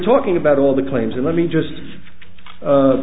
talking about all the claims and let me just